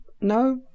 no